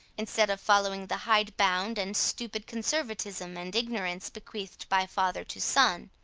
instead of following the hide-bound and stupid conservatism and ignorance bequeathed by father to son,